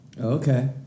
Okay